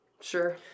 sure